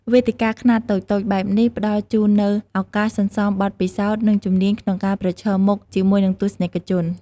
វេទិកាខ្នាតតូចៗបែបនេះផ្តល់ជូននូវឱកាសសន្សំបទពិសោធន៍ និងជំនាញក្នុងការប្រឈមមុខជាមួយនឹងទស្សនិកជន។